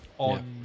on